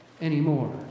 anymore